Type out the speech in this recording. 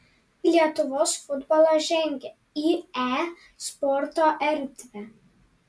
lietuvos futbolas žengia į e sporto erdvę